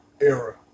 era